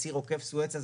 הציר עוקף סואץ הזה,